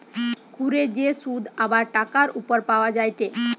ঘুরে যে শুধ আবার টাকার উপর পাওয়া যায়টে